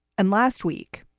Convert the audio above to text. and last week,